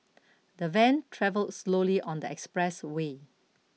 the van travelled slowly on the expressway